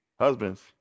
husbands